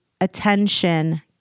attention